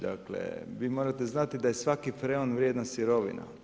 Dakle, vi morate znati da je svaki feron vrijedna sirovina.